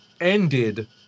...ended